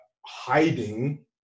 hiding